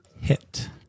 hit